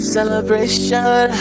Celebration